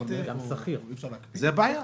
זו הבעיה.